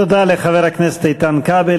תודה לחבר הכנסת איתן כבל,